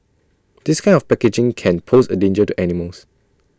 this kind of packaging can pose A danger to animals